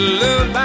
love